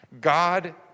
God